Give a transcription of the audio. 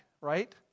right